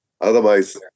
Otherwise